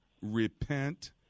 repent